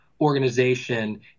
organization